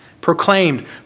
Proclaimed